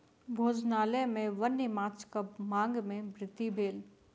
भोजनालय में वन्य माँछक मांग में वृद्धि भेल